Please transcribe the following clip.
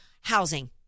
housing